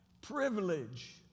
privilege